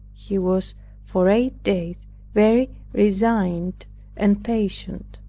he was for eight days very resigned and patient.